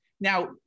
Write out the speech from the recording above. Now